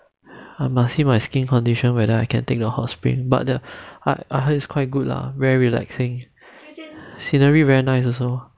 I must see my skin condition whether I can take the hot spring but the I heart is quite good lah very relaxing scenery very nice also